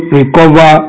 recover